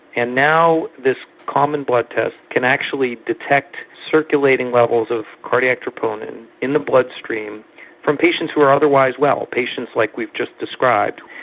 and now this common blood test can actually detect circulating levels of cardiac troponin in the bloodstream from patients who are otherwise well, patients like we've just described.